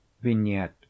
Vignette